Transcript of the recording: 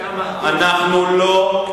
אנחנו לא,